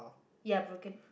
ya broken